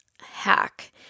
hack